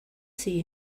see